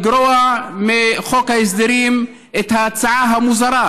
לגרוע מחוק ההסדרים את ההצעה המוזרה,